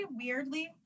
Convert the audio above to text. weirdly